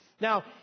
Now